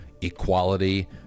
equality